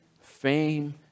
fame